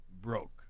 broke